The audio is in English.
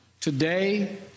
Today